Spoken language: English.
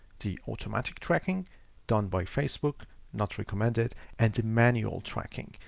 the automatic tracking done by facebook not recommended. and to manual tracking,